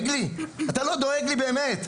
אתה לא דואג לי באמת.